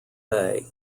bay